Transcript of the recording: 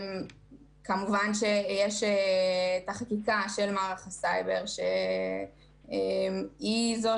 כמובן שיש את החקיקה של מערך הסייבר שהיא זו